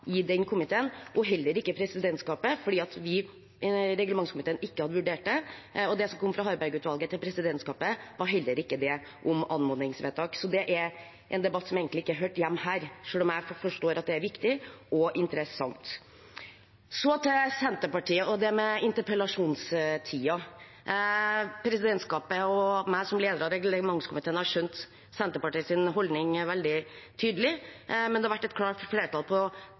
i den komiteen, og heller ikke i presidentskapet, siden vi i reglementskomiteen ikke har vurdert det. Det som kom fra Harberg-utvalget til presidentskapet, var heller ikke om anmodningsvedtak. Så det er en debatt som egentlig ikke hører hjemme her, selv om jeg forstår at det er viktig og interessant. Til Senterpartiet og dette med interpellasjonstiden: Presidentskapet og jeg som leder av reglementskomiteen har skjønt Senterpartiets holdning veldig tydelig, men det har vært et klart flertall